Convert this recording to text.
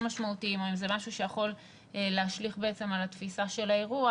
משמעותיים או אם זה משהו שיכול להשליך בעצם על התפיסה של האירוע,